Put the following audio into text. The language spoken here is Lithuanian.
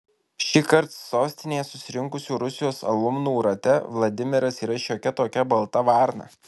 šįkart sostinėje susirinkusių rusijos alumnų rate vladimiras yra šiokia tokia balta varna